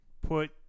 put